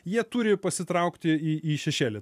jie turi pasitraukti į į šešėlį